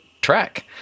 track